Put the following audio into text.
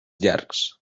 llargs